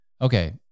okay